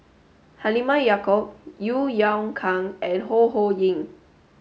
Halimah Yacob Yeo Yeow Kwang and Ho Ho Ying